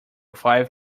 five